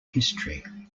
history